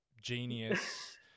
genius